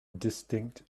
distinct